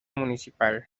municipal